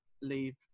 leave